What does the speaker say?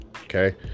okay